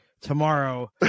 tomorrow